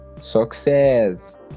success